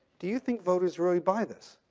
do you think voters really buy this?